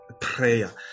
prayer